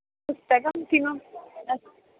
पुस्तकं किमपि अस्ति